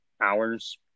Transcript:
hours